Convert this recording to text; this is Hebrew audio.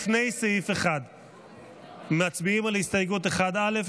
לפני סעיף 1. מצביעים על הסתייגות 1א',